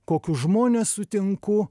kokius žmones sutinku